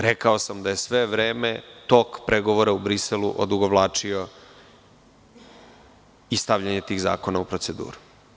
Nažalost, rekao sam da je sve vreme tok pregovora u Briselu odugovlačio i stavljanje tih zakona u proceduru.